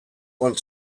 want